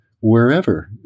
wherever